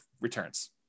returns